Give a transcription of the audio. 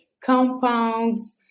compounds